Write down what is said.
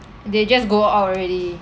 they just go out already